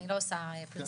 אני לא עושה פרסום,